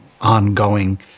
ongoing